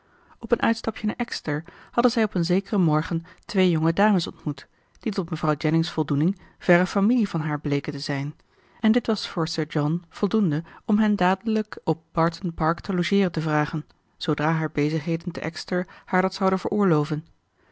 op een uitstapje naar exeter hadden zij op een zekeren morgen twee jonge dames ontmoet die tot mevrouw jennings voldoening verre familie van haar bleken te zijn en dit was voor sir john voldoende om hen dadelijk op barton park te logeeren te vragen zoodra haar bezigheden te exeter haar dat zouden veroorloven